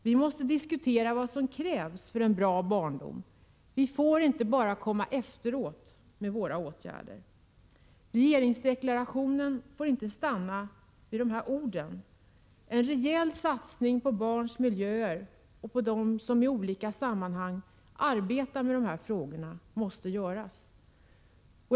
Vi måste diskutera vad som krävs för en bra barndom; vi får inte bara komma efteråt med våra åtgärder. Regeringsdeklarationen får inte stanna vid ord. En rejäl satsning på barns miljöer och på dem som i olika sammanhang arbetar med dessa frågor måste göras.